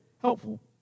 helpful